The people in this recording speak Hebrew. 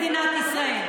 ונגד מדינת ישראל.